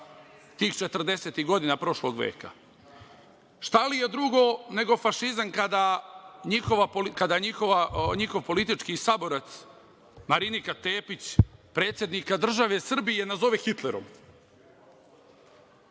godina prošlog veka? Šta li je drugo nego fašizam kada njihov politički saborac Marinika Tepić predsednika države Srbije nazove Hitlerom?